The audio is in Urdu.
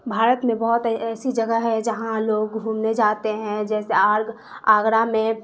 بھارت میں بہت ایسی جگہ ہے جہاں لوگ گھومنے جاتے ہیں جیسے آگرہ میں